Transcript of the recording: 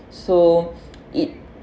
so it